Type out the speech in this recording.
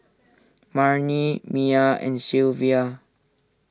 Marni Miah and Sylvia